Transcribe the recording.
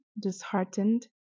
disheartened